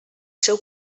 seu